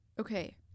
Okay